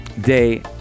day